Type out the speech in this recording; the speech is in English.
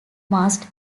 must